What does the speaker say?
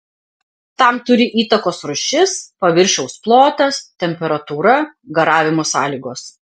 tam turi įtakos rūšis paviršiaus plotas temperatūra garavimo sąlygos